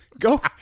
Go